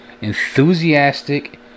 enthusiastic